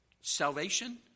Salvation